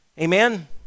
Amen